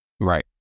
Right